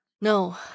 No